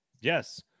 Yes